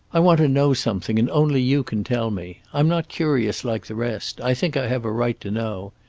i want to know something, and only you can tell me. i'm not curious like the rest i think i have a right to know.